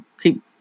keep